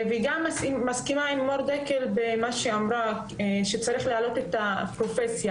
אני מסכימה עם מור דקל במה שאמרה שצריך להעלות את הפרופסיה